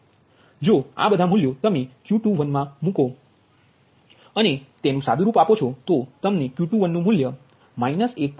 જો તમે મૂલ્યો મૂકો અને તેનુ સાદુરૂપ અપો છો તો તમને Q21નુ મૂલ્ય 1